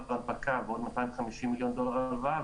בהנפקה ועוד 250 מיליון דולר בהלוואה,